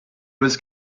was